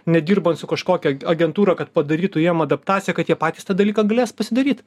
nedirbant su kažkokia agentūra kad padarytų jiem adaptaciją kad jie patys tą dalyką galės pasidaryt